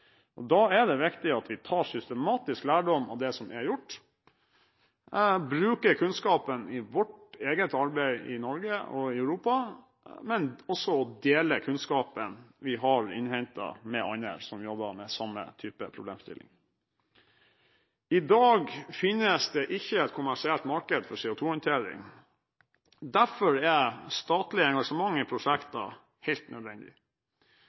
Da er det viktig at vi tar systematisk lærdom av det som er gjort, og bruker kunnskapen i vårt eget arbeid i Norge og i Europa, men også deler kunnskapen vi har innhentet, med andre som jobber med samme type problemstillinger. I dag finnes det ikke noe kommersielt marked for CO2-håndtering. Derfor er statlig engasjement i prosjekter helt nødvendig.